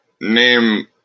name